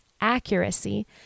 Accuracy